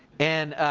and,